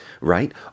right